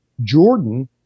Jordan